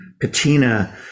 patina